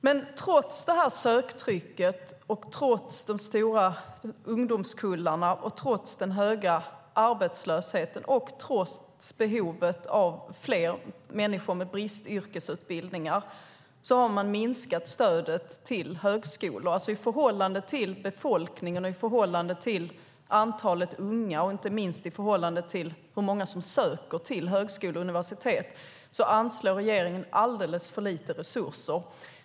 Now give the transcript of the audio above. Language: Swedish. Men trots söktrycket, de stora ungdomskullarna, den höga arbetslösheten och behovet av fler människor med bristyrkesutbildningar har man minskat stödet till högskolorna. I förhållande till befolkningen och antalet unga och inte minst i förhållande till hur många som söker till högskolor och universitet anslår regeringen alldeles för lite resurser.